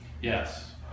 Yes